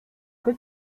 que